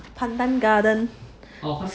pandan garden